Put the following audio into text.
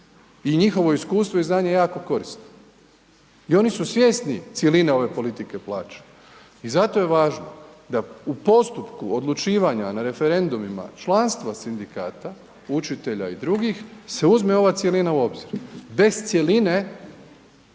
I njihovo iskustvo i znanje je jako korisno. I oni su svjesni cjeline ove politike plaća. I zato je važno da u postupku odlučivanja na referendumima, članstva sindikata, učitelja i drugih se uzme ova cjelina u obzir. Bez cjeline